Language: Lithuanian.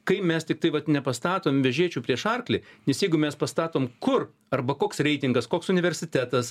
kai mes tiktai vat nepastatom vežėčių prieš arklį nes jeigu mes pastatom kur arba koks reitingas koks universitetas